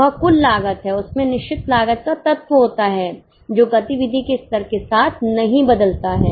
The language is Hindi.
वह कुल लागत है उसमें निश्चित लागत का तत्व होता है जो गतिविधि के स्तर के साथ नहीं बदलता है